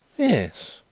yes,